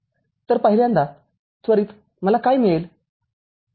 तर पहिल्यांदा त्वरित मला काय मिळेल